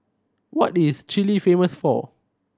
what is Chile famous for